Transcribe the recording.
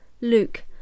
Luke